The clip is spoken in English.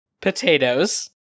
Potatoes